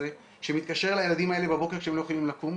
שמתקשר לילדים בבוקר כשהם לא יכולים לקום,